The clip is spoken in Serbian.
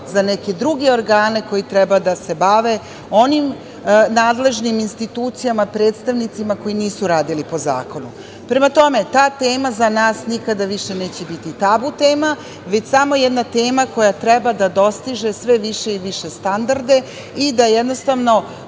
za neke druge organe koji treba da se bavi onim nadležnim institucijama, predstavnicima koji nisu radili po zakonu. Prema tome, ta tema za nas nikada više neće biti tabu tema, već samo jedna tema koja treba da dostiže sve više i više standarde i da jednostavno